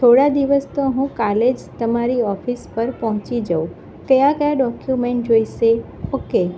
થોડા દિવસ તો હું કાલે જ તમારી ઓફિસ પર પહોંચી જાઉં કયા કયા ડોક્યુમેન્ટ જોઈશે ઓકે